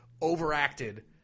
overacted